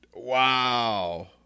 Wow